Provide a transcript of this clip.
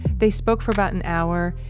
they spoke for about an hour,